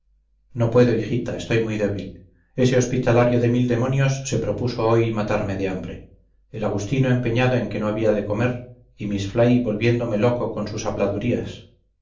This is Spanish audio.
no puedo hijita estoy muy débil ese hospitalario de mil demonios se propuso hoy matarme de hambre el agustino empeñado en que no había de comer y miss fly volviéndome loco con sus